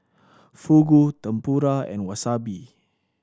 Fugu Tempura and Wasabi